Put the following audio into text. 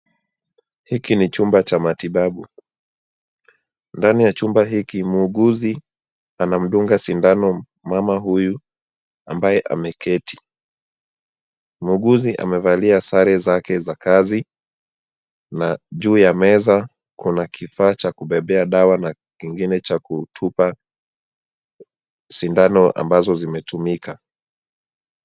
Hiki ni chumba cha matibabu. Ndani ya chumba hiki muguzi anamdunga sindano mama huyu ambaye ameketi. Muguzi amevalia sare zake za kazi na juu ya meza kuna kifaa cha kubebea dawa na kingine cha kutupa sindano ambazo zimetumika.